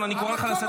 אתה אפס.